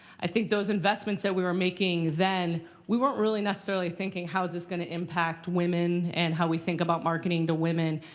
i think those investments that we were making then we weren't really necessarily thinking, how is this going to impact women and how we think about marketing to women?